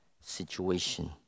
situation